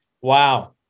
wow